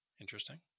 Interesting